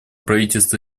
правительство